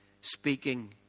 speaking